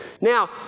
Now